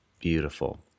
beautiful